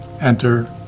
enter